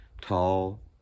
tall